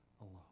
alone